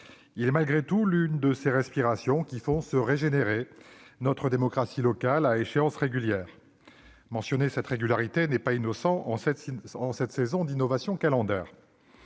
il est malgré tout l'une de ces respirations qui font se régénérer notre démocratie locale à échéances régulières ; mentionner cette régularité n'est pas innocent en cette saison d'innovation calendaire